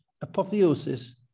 apotheosis